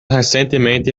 recentemente